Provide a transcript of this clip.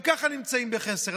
שגם ככה נמצאים בחסר.